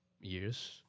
years